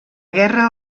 guerra